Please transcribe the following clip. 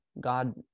God